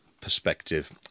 perspective